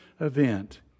event